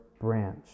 branch